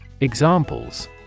Examples